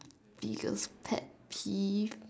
he just pat the